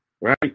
right